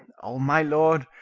o, my lord!